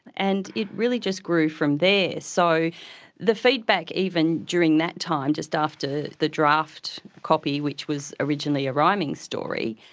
and it really just grew from there. so the feedback even during that time, just after the draft copy which was originally a rhyming story,